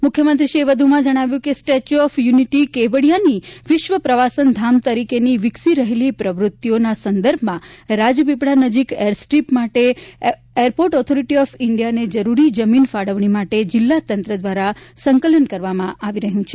મુખ્યમંત્રીશ્રીએ વધુમાં જણાવ્યું કે સ્ટેચ્યૂ ઓફ યુનિટી કેવડીયાની વિશ્વ પ્રવાસન ધામ તરીકેની વિકસી રહેલી પ્રવૃત્તિઓના સંદર્ભમાં રાજપીપળા નજીક એરસ્ટ્રીપ માટે એરપોર્ટ ઓથોરિટી ઓફ ઇન્ડીયાને જરૂરી જમીન ફાળવણી માટે જિલ્લાતંત્ર દ્વારા સંકલન કરવામાં આવી રહ્યું છે